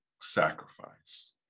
sacrifice